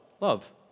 love